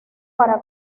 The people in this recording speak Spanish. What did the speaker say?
para